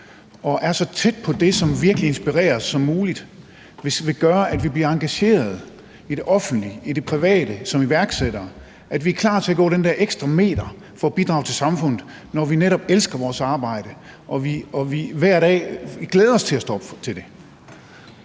og er så tæt på det, som virkelig inspirerer os, som muligt, vil gøre, at vi bliver engagerede, i det offentlige og i det private, som iværksættere, og at vi er klar til at gå den der ekstra meter for at bidrage til samfundet, når vi netop elsker vores arbejde og vi hver dag glæder os til at stå op til det?